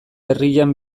herrian